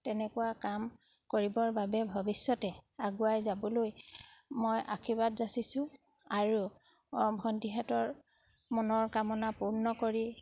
তেনেকুৱা কাম কৰিবৰ বাবে ভৱিষ্যতে আগুৱাই যাবলৈ মই আশীৰ্বাদ জাচিছোঁ আৰু ভণ্টিহঁতৰ মনৰ কামনা পূৰ্ণ কৰি